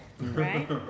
right